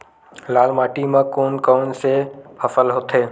लाल माटी म कोन कौन से फसल होथे?